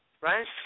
right